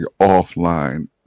offline